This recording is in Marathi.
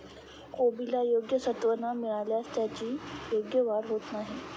कोबीला योग्य सत्व न मिळाल्यास त्याची योग्य वाढ होत नाही